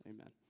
Amen